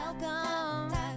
Welcome